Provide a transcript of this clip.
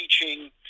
teaching